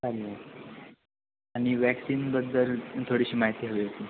चालेल आणि वॅक्सिनबद्दल थोडीशी माहिती हवी होती